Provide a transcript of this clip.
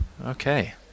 Okay